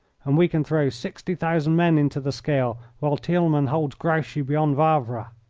and we can throw sixty thousand men into the scale while thielmann holds grouchy beyond wavre.